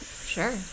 Sure